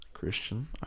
Christian